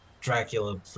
Dracula